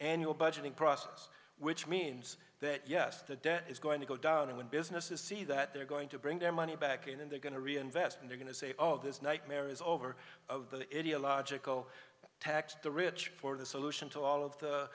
annual budgeting process which means that yes the debt is going to go down and when businesses see that they're going to bring their money back in then they're going to reinvest and they're going to say oh this nightmare is over of the area logical tax the rich for the solution to all of the